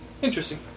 Interesting